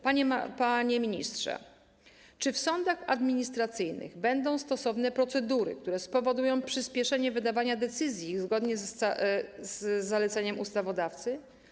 Panie ministrze, czy w sądach administracyjnych będą stosowne procedury, które spowodują przyspieszenie wydawania decyzji zgodnie z zaleceniem ustawodawcy?